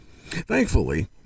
Thankfully